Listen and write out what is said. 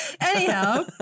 anyhow